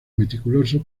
meticuloso